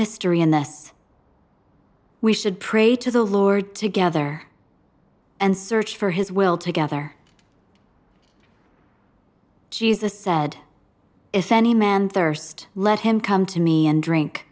mystery in the us we should pray to the lord together and search for his will together jesus said if any man thirst let him come to me and drink